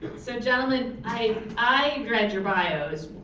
so gentlemen, i i read your bios.